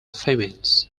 females